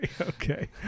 okay